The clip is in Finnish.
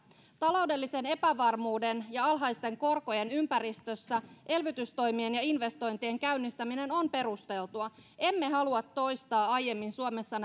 taloudellisen epävarmuuden ja alhaisten korkojen ympäristössä elvytystoimien ja investointien käynnistäminen on perusteltua emme halua toistaa aiemmin suomessa